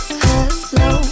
hello